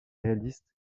réaliste